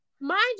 Mind